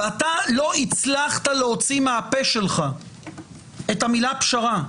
אתה לא הצלחת להוציא מהפה שלך את המילה פשרה.